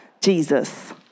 Jesus